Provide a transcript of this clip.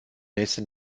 nächste